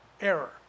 error